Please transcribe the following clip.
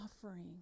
offering